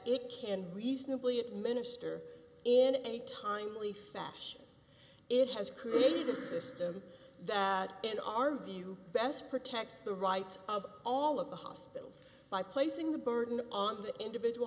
it can reasonably administer in a timely fashion it has created a system that in our view best protects the rights of all of the hospitals by placing the burden on the individual